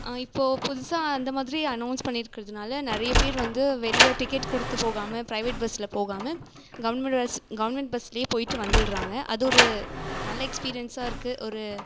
இப்போது புதுசாக அந்த மாதிரி அனௌஸ் பண்ணிருக்கிறதுனால நிறைய பேர் வந்து வெளியே டிக்கட் கொடுத்து போகாமல் பிரைவேட் பஸ்ஸில் போகாமல் கவர்மெண்ட் பஸ் கவர்மெண்ட் பஸ்ஸிலே போய்ட்டு வந்திடுறாங்க அது ஒரு நல்ல எக்ஸ்பீரியன்ஸாக இருக்கு ஒரு